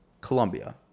Colombia